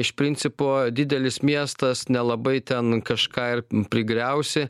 iš principo didelis miestas nelabai ten kažką ir prigriausi